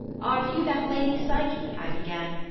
are you that lady psyche i began,